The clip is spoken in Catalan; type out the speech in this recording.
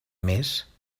mes